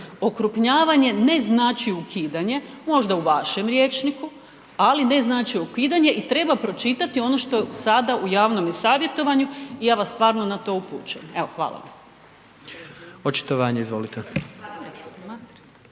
Okrupnjavanje ne znači ukidanje, možda u vašem rječniku ali ne znači ukidanje i treba pročitati ono što je sada u javnome savjetovanju i ja vas stvarno na to upućujem. Evo, hvala vam.